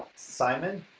simon